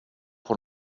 pour